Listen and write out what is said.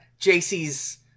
JC's